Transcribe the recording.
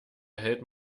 erhält